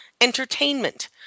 entertainment